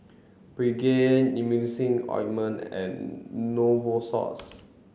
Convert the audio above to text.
Pregain Emulsying ointment and Novosource